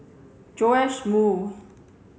Joash Moo